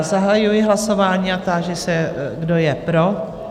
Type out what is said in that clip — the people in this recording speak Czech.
Zahajuji hlasování a táži se, kdo je pro?